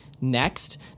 next